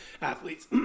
athletes